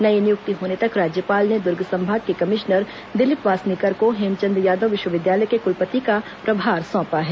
नई नियुक्ति होने तक राज्यपाल ने दुर्ग संभाग के कमिश्नर दिलीप वासनीकर को हेमचंद यादव विश्वविद्यालय के कुलपति का प्रभार सौंपा है